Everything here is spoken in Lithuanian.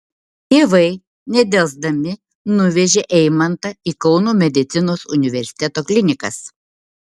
tėvai nedelsdami nuvežė eimantą į kauno medicinos universiteto klinikas